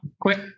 Quick